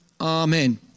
Amen